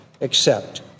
accept